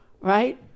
right